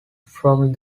from